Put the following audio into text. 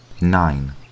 Nine